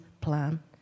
plan